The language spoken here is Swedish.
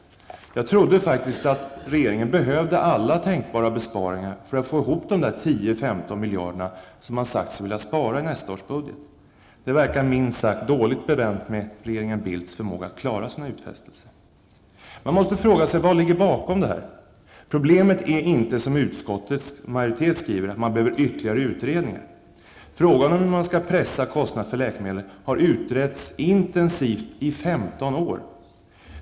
Jag trodde faktiskt att regeringen behövde alla tänkbara besparingar för att få ihop de 10--15 miljarder som man sagt sig vilja spara i nästa års budget. Det verkar minst sagt dåligt bevänt med regeringen Bildts förmåga att klara sina utfästelser. Jag måste fråga mig vad som ligger bakom detta. Problemet är inte, som utskottets majoritet skriver, att det behövs ytterligare utredningar. Frågan om hur man skall pressa kostnaderna för läkemedel har utretts intensivt i 15 år.